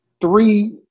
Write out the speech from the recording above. three